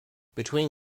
between